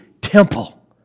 temple